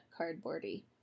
cardboardy